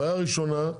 בעיה ראשונה,